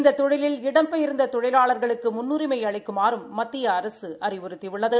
இந்த தொழிலில் இடம்பெயா்ந்த தொழிலாளா்களுக்கு முன்னுரிமை அளிக்குமாறும் மத்திய அரசு அறிவுறுத்தியுள்ளது